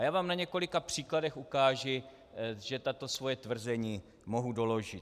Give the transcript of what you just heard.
Já vám na několika příkladech ukážu, že tato svoje tvrzení mohu doložit.